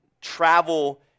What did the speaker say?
travel